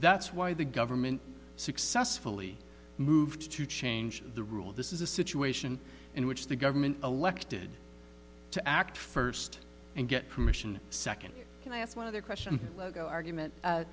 that's why the government successfully moved to change the rule this is a situation in which the government elected to act first and get permission second and i ask one other question logo argument